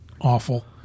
awful